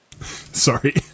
Sorry